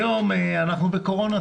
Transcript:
היום אנחנו בזמן קורונה,